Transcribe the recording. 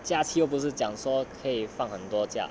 假期又不是讲说可以放很多假